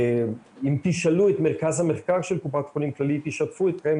אם תשאלו את מרכז המחקר של קופת חולים כללית ישתפו אתכם